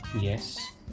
yes